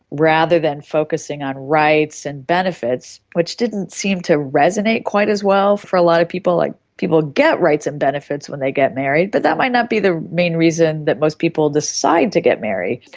rather than focussing on rights and benefits, which didn't seem to resonate quite as well for a lot of people, like people get rights and benefits when they get married, but that might not be the main reason that most people decide to get married.